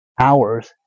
hours